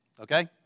okay